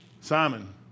Simon